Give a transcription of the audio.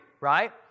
right